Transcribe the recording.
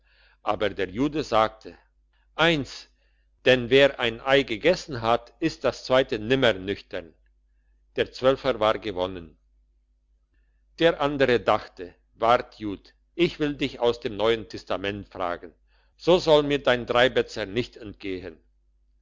aber der jude sagte eins denn wer ein ei gegessen hat isst das zweite nimmer nüchtern der zwölfer war gewonnen der andere dachte wart jude ich will dich aus dem neuen testament fragen so soll mir dein dreibätzner nicht entgehen